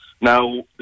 now